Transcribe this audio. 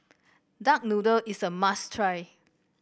Duck Noodle is a must try